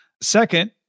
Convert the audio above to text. Second